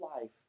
life